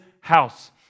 house